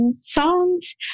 songs